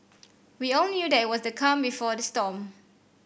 we all knew that it was the calm before the storm